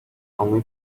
only